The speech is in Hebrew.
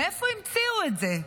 מאיפה המציאו את זה?